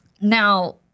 now